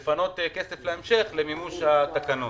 היה לפנות כסף להמשך למימוש התקנות?